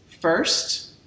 First